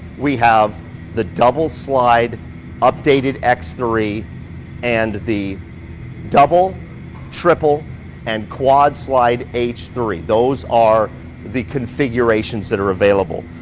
we have the double slide updated x three and the double triple and quad slide h three. those are the configurations that are available.